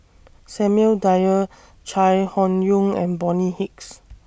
Samuel Dyer Chai Hon Yoong and Bonny Hicks